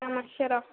मातशें राव